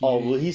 he will